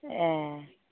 ए